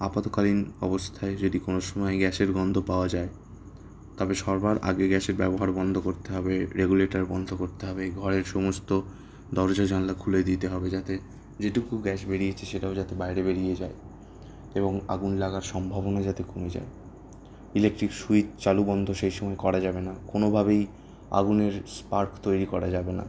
আপদকালীন অবস্থায় যদি কোনো সময় গ্যাসের গন্ধ পাওয়া যায় তবে সবার আগে গ্যাসের ব্যবহার বন্ধ করতে হবে রেগুলেটর বন্ধ করতে হবে ঘরের সমস্ত দরজা জানলা খুলে দিতে হবে যাতে যেটুকু গ্যাস বেরিয়েছে সেটাও যাতে বাইরে বেরিয়ে যায় এবং আগুন লাগার সম্ভবনা যাতে কমে যায় ইলেকট্রিক সুইচ চালু বন্ধ সেই সময় করা যাবে না কোনোভাবেই আগুনের স্পার্ক তৈরি করা যাবে না